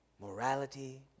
Morality